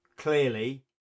clearly